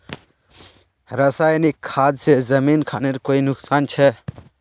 रासायनिक खाद से जमीन खानेर कोई नुकसान छे?